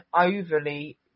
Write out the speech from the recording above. overly